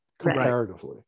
comparatively